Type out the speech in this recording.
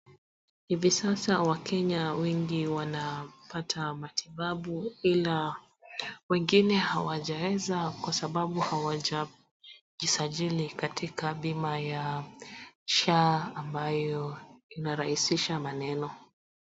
Hivi sasa wakenya wengi wanapata matibabu ila wengine hawajaweza kwa sababu hawajajisajili katika bima ya SHA ambayo inarahisisha maneno.